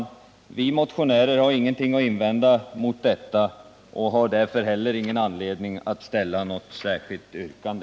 Vi motionärer har inget att invända mot detta. Jag ställer därför inget yrkande.